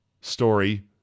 story